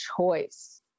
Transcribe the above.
choice